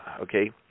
okay